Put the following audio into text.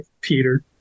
Peter